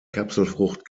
kapselfrucht